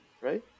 right